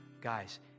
Guys